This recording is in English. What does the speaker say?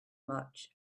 much